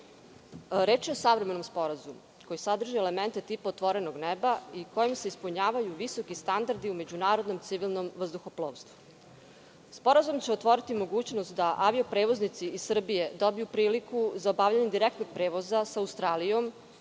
je o savremenom sporazumu koji sadrži elemente tipa otvorenog neba i kojim se ispunjavaju visoki standardi u međunarodnom i civilnom vazduhoplovstvu. Sporazum će otvoriti mogućnost da avio-prevoznici iz Srbije dobiju priliku za obavljanje direktnog prevoza sa Australijom,